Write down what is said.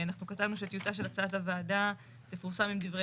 אנחנו כתבנו שהטיוטה של הצעת הוועדה תפורסם עם דברי